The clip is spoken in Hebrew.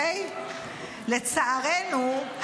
לצערנו,